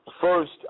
First